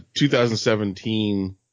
2017